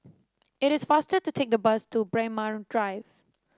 it is faster to take the bus to Braemar Drive